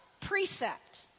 precept